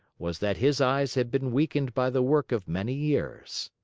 was that his eyes had been weakened by the work of many years.